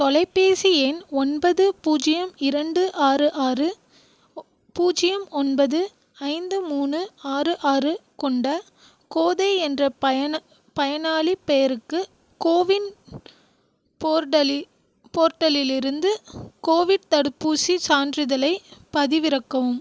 தொலைபேசி எண் ஒன்பது பூஜ்ஜியம் இரண்டு ஆறு ஆறு பூஜ்ஜியம் ஒன்பது ஐந்து மூணு ஆறு ஆறு கொண்ட கோதை என்ற பயனாளிப் பெயருக்கு கோவின் போர்ட்டலில் போர்ட்டலிலிருந்து கோவிட் தடுப்பூசிச் சான்றிதழைப் பதிவிறக்கவும்